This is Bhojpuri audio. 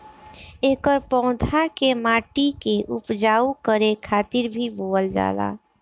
एकर पौधा के माटी के उपजाऊ करे खातिर भी बोअल जाला